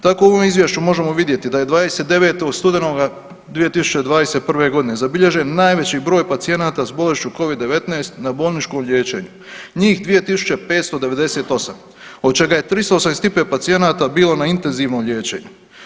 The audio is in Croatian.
Tako u ovom izvješću možemo vidjeti da je 29. studenoga 2021. godine zabilježen najveći broj pacijenata s bolešću covid-19 na bolničkom liječenju njih 2598 od čega je 385 pacijenata bilo na intenzivnom liječenju.